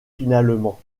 finalement